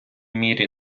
мірі